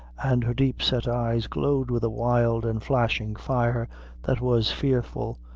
and her deep-set eyes glowed with a wild and flashing fire that was fearful,